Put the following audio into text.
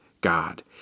God